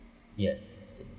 yes